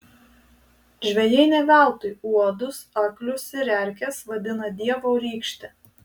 žvejai ne veltui uodus aklius ir erkes vadina dievo rykšte